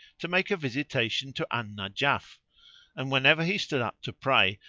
to make a visitation to al-najaf and, whenever he stood up to pray,